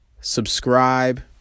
subscribe